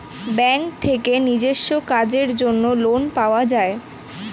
bank থেকে নিজস্ব কাজের জন্য লোন পাওয়া যায়